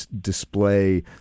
display